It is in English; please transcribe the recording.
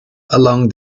along